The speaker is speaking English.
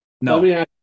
No